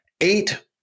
eight